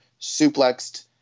suplexed